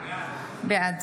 בעד